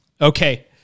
Okay